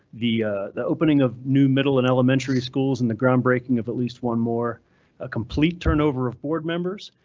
the the opening of new middle and elementary schools and the ground, breaking of at least one more. a complete turnover of board members,